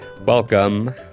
Welcome